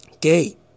gate